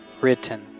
written